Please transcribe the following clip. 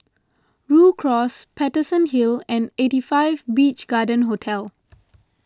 Rhu Cross Paterson Hill and eighty five Beach Garden Hotel